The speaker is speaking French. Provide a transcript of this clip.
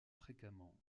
fréquemment